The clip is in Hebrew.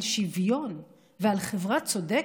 על שוויון ועל חברה צודקת.